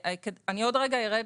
אני עוד רגע ארד